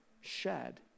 shed